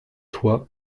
toi